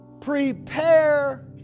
prepare